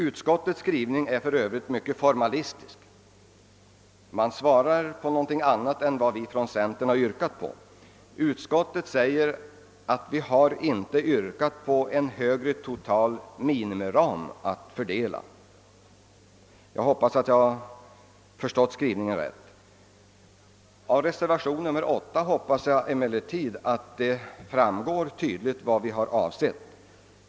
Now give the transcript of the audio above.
Utskottets skrivning är för övrigt mycket formalistisk. Man talar om någonting annat än vad vi från centern har yrkat på. Utskottet säger att vi inte har yrkat på en högre total minimiram att fördela. Av reservationen 8 hoppas jag emellertid att det tydligt framgår vad vi avsett.